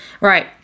Right